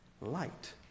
light